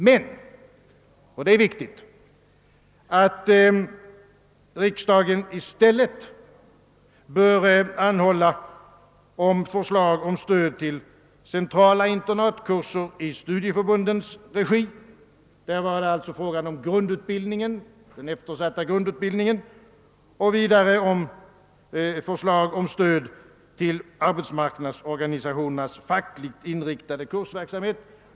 Men riksdagen bör i stället — och det är viktigt — anhålla om stöd till centrala internatkurser i studieförbundens regi. Där var det alltså fråga om den eftersatta grundutbildningen. Vidare bör anhållan göras om förslag rörande stöd till arbetsmarknadsorganisationernas fackligt inriktade kursverksamhet.